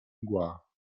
mgła